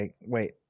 Wait